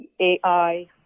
AI